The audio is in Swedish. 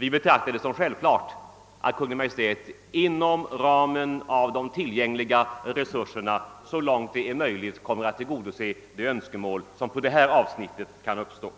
Vi betraktar det som självklart att Kungl. Maj:t så långt det är möjligt inom ramen för de tillgängliga resurserna kommer att tillgodose de önskemål som kan uppstå